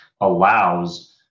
allows